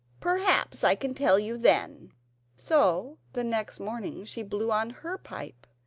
perhaps i can tell you then so the next morning she blew on her pipe,